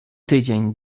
tydzień